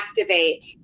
activate